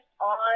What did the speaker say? on